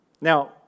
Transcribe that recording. Now